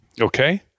Okay